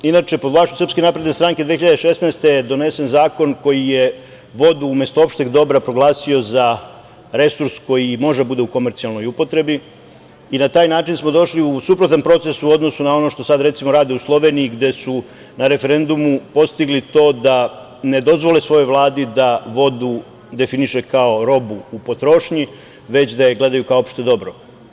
Inače, pod vlašću SNS 2016. godine donesen je zakon koji je vodu, umesto opšteg dobra, proglasio za resurs koji može da bude u komercijalnoj upotrebi i na taj način smo došli u suprotan proces u odnosu na ono što sada, redimo, rade u Sloveniji, gde su na referendumu postigli to da ne dozvole svojoj Vladi da vodu definiše kao robu u potrošnji, već da je gledaju opšte dobro.